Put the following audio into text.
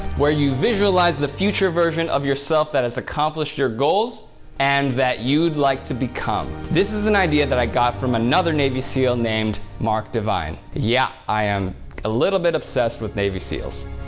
where you visualize the future version of yourself that has accomplished your goals and that you'd like to become. this is an idea that i got from another navy seal named mark divine. yeah, i am a little bit obsessed with navy seals.